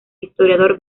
historiador